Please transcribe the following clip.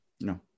No